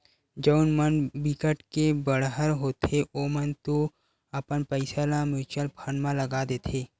जउन मन बिकट के बड़हर होथे ओमन तो अपन पइसा ल म्युचुअल फंड म लगा देथे